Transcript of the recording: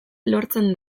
lortzen